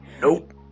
Nope